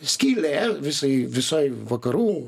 skylė visai visai vakarų